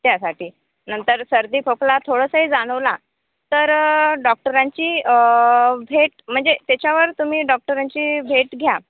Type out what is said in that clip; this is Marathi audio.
त्यासाठी नंतर सर्दी खोकला थोडंसंही जाणवला तर डॉक्टरांची भेट म्हणजे त्याच्यावर तुम्ही डॉक्टरांची भेट घ्या